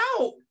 out